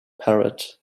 parrot